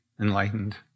enlightened